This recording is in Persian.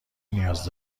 نیاز